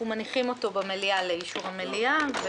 מניחים אותו במליאה לאישור המליאה.